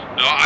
no